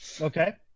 Okay